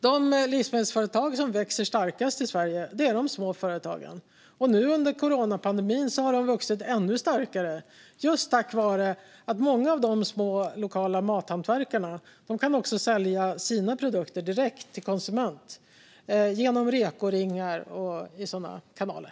De livsmedelsföretag som växer starkast i Sverige är de små, och nu under coronapandemin har de vuxit ännu starkare just tack vare att många av de små, lokala mathantverkarna också kan sälja sina produkter direkt till konsument genom rekoringar och sådana kanaler.